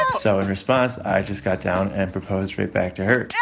um so in response, i just got down and proposed right back to her yeah